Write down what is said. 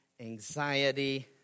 anxiety